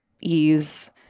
ease